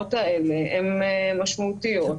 במקומות האלה הן משמעותיות,